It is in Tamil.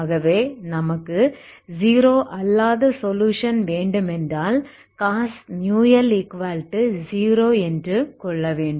ஆகவே நமக்கு நமக்கு 0 அல்லாத சொலுயுஷன் வேண்டும் என்றால்cos μL 0 என்று கொள்ள வேண்டும்